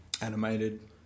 animated